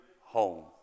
home